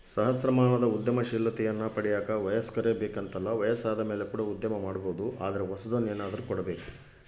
ಸಹಸ್ರಮಾನದ ಉದ್ಯಮಶೀಲತೆಯನ್ನ ಪಡೆಯಕ ವಯಸ್ಕರೇ ಬೇಕೆಂತಲ್ಲ ವಯಸ್ಸಾದಮೇಲೆ ಕೂಡ ಉದ್ಯಮ ಮಾಡಬೊದು ಆದರೆ ಹೊಸದನ್ನು ಏನಾದ್ರು ಕೊಡಬೇಕು